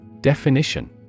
Definition